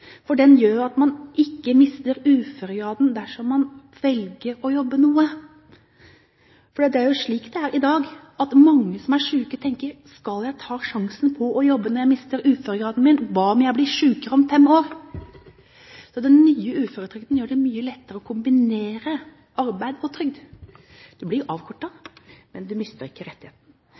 Den gjør at man ikke mister uføregraden dersom man velger å jobbe noe. Det er jo slik det er i dag. Mange som er syke, tenker: Skal jeg ta sjansen på å jobbe når jeg mister uføregraden min? Hva om jeg blir sykere om fem år? Den nye uføretrygden gjør det mye lettere å kombinere arbeid og trygd. Man blir avkortet, men man mister ikke rettigheten.